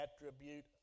attribute